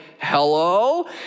hello